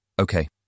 Okay